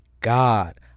God